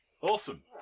Awesome